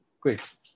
great